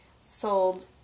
sold